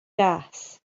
gas